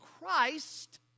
Christ